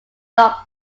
dog